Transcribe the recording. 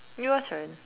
your turn